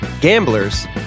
Gamblers